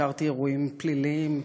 סיקרתי אירועים פליליים,